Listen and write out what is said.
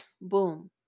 boom